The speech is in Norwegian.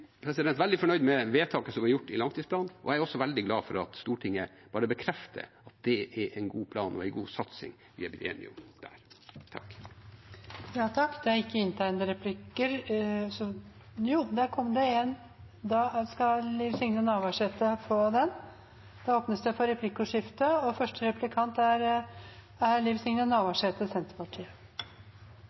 veldig fornøyd med vedtaket som ble gjort i langtidsplanen, og jeg er veldig glad for at Stortinget bare bekrefter at det er en god plan og en god satsing vi er blitt enige om der. Det blir replikkordskifte. Noko av argumentasjonen for å flytte helikopter frå Bardufoss til Rygge har jo vore at ein treng så mange helikopter til spesialstyrkane og politiet. No er det tolv Bell-helikopter som står på Rygge. To av dei er